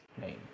name